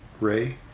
ray